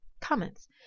comments